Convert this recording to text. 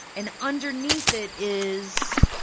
and underneath it is,